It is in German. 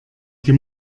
die